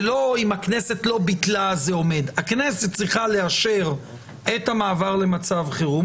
הכנסת צריכה לאשר את המעבר למצב חירום,